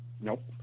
Nope